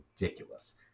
ridiculous